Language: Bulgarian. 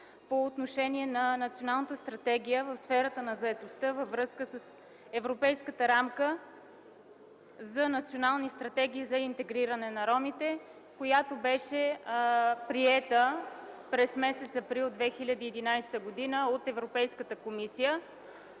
по отношение на националната стратегия в сферата на заетостта във връзка с Европейската рамка за национални стратегии за интегриране на ромите, която беше приета през месец април 2011 г. от Европейската комисия.